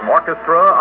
Orchestra